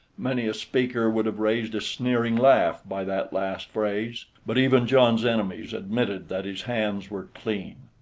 many a speaker would have raised a sneering laugh by that last phrase, but even john's enemies admitted that his hands were clean.